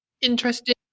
interesting